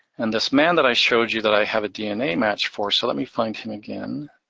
and this man that i showed you that i have a dna match for, so let me find him again